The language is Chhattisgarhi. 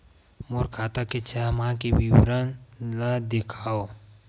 मोर खाता के छः माह के विवरण ल दिखाव?